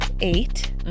eight